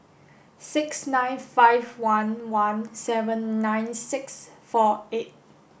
six nine five one one seven nine six four eight